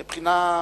מבחינה,